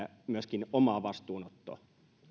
myöskin omaa vastuunottoa